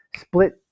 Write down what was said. split